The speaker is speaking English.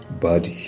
body